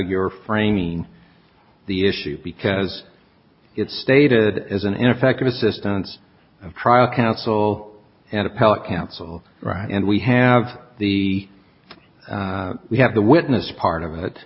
you're framing the issue because it's stated as an ineffective assistance of trial counsel and appellate counsel right and we have the we have the witness part of it